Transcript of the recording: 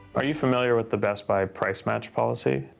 are you familiar with the best buy price-match policy?